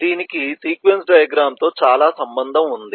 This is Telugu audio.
దీనికి సీక్వెన్స్ డయాగ్రమ్ తో చాలా సంబంధం ఉంది